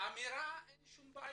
לאמירה אין שום בעיה.